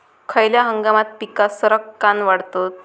खयल्या हंगामात पीका सरक्कान वाढतत?